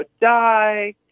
die